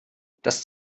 das